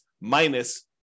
minus